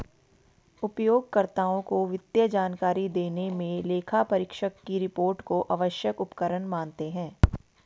उपयोगकर्ताओं को वित्तीय जानकारी देने मे लेखापरीक्षक की रिपोर्ट को आवश्यक उपकरण मानते हैं